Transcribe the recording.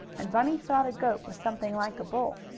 and bunny thought a goat was something like a bull.